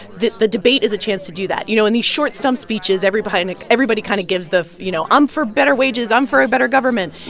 the the debate is a chance to do that. you know, in these short stump speeches, everybody and like everybody kind of gives the, you know i'm for better wages, i'm for a better government.